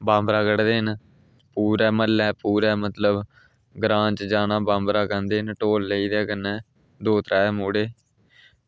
बंबरा कड्ढदे न पूरे म्हल्लै पूरे मतलब ग्रांऽ च जाना बंबरा कड्ढदे न ढोल लेई जंदे कन्नै दौ त्रै मुड़े